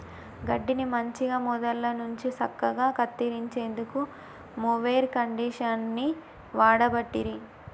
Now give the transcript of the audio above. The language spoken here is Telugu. గడ్డిని మంచిగ మొదళ్ళ నుండి సక్కగా కత్తిరించేందుకు మొవెర్ కండీషనర్ని వాడబట్టిరి